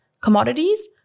commodities